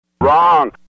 Wrong